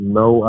no